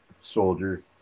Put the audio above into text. soldier